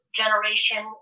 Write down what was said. generation